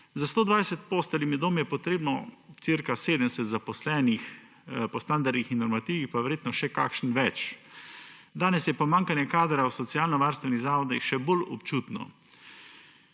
Za 120 postelj v enem domu je potrebno cirka 70 zaposlenih, po standardih in normativih pa verjetno še kakšen več. Danes je pomanjkanje kadra v socialnovarstvenih zavodih še bolj občutno.